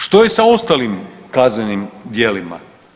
Što je sa ostalim kaznenim djelima?